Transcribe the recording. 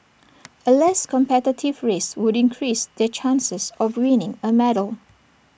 A less competitive race would increase their chances of winning A medal